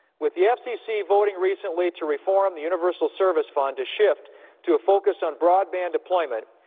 with the f c c. voting recently to reform the universal service fund to shift to a focus on broadband deployment,